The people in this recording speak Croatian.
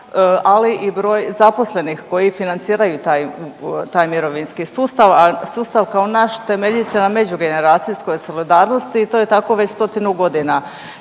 ali i broj zaposlenih koji financiraju taj mirovinski sustav. A sustav kao naš temelji se na međugeneracijskoj solidarnosti i to je tako već stotinu godina.